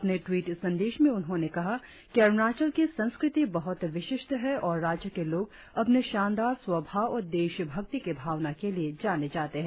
अपने टवीट संदेश में उन्होंने कहा कि अरुणाचल की संस्कृति बहुत विशिष्ट है और राज्य के लोग अपने शानदार स्वभाव और देशभक्ति की भावना के लिए जाने जाते है